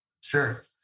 Sure